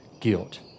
guilt